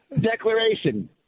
declaration